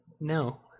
no